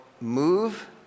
move